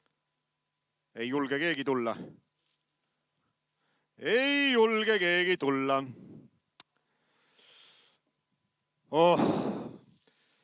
Ei julge keegi tulla. Ei julge keegi tulla! Ohh!